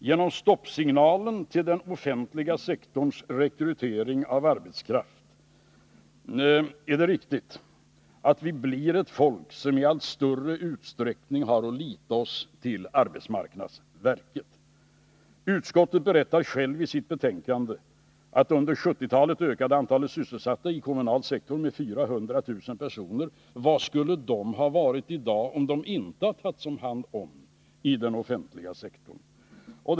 Genom stoppsignalen till den offentliga sektorns rekrytering av arbetskraft blir vi ett folk som i allt större utsträckning har att lita till arbetsmarknadsverket. Utskottet berättar självt i sitt betänkande att antalet sysselsatta i kommunal sektor under 1970-talet ökat med 400 000. Var skulle de ha befunnit sig i dag om de inte tagits om hand av den offentliga sektorn?